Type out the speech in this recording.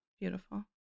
Beautiful